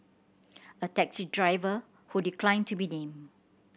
a taxi driver who declined to be named